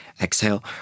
Exhale